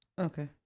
Okay